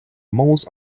malls